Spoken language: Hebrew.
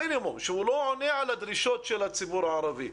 המינימום שאינו עולה על הדרישות של הציבור הערבי,